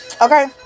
okay